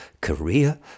Korea